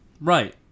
Right